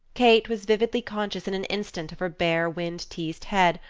kate was vividly conscious in an instant of her bare wind-teased head,